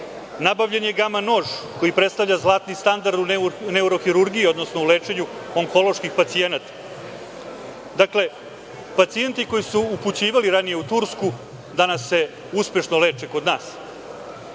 Nabavljen je gama nož koji predstavlja zlatni standard u neurohirurgiji, odnosno u lečenju onkoloških pacijenata. Dakle, pacijenti koji su se upućivali ranije u Tursku danas se uspešno leče kod nas.